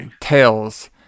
tales